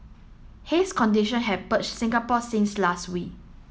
haze condition have perched Singapore since last week